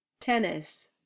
Tennis